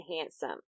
handsome